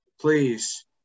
please